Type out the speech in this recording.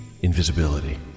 invisibility